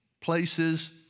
places